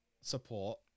support